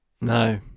No